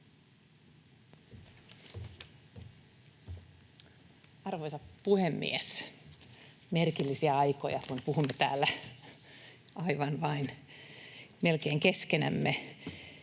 Arvoisa puhemies! Merkillisiä aikoja, kun puhumme täällä aivan vain melkein keskenämme.